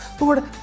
Lord